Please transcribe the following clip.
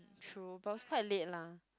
true but it was quite late lah